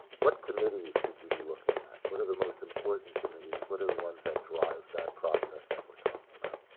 what committees should you be looking at? what are the most important committees? what are the ones that drive that process that we're talking about?